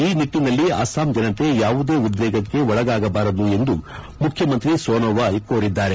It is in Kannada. ಈ ನಿಟ್ಟನಲ್ಲಿ ಅಸ್ಲಾಂ ಜನತೆ ಯಾವುದೇ ಉದ್ವೇಗಕ್ಕೆ ಒಳಗಾಗಬಾರದು ಎಂದು ಮುಖ್ಚಮಂತ್ರಿ ಸೋನೋವಾಲ್ ಕೋರಿದ್ದಾರೆ